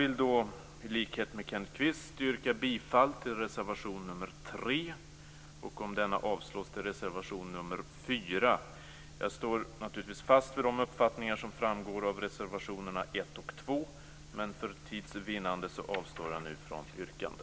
I likhet med Kenneth Kvist yrkar jag bifall till reservation 3 och, om denna avslås, till reservation 4. Jag står naturligtvis fast vid de uppfattningar som framgår av reservationerna 1 och 2 men för tids vinnande avstår jag nu från yrkande.